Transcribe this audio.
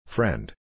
Friend